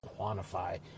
quantify